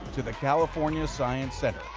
to the california science center,